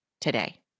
today